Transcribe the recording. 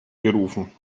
gerufen